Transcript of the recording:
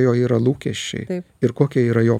jo yra lūkesčiai ir kokia yra jo